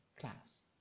class